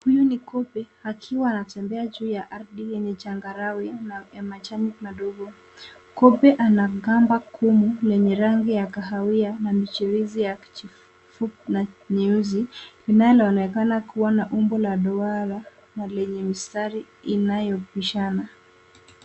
Huyu ni kobe akiwa anatembea juu ya ardhi yenye changarawe na majani madogo. Kobe ana gamba ngumu yenye rangi kahawia na michirizi ya kijivu na nyeusi linaloonekana kuwa na umbo la duara na lenye mistari inayobishana.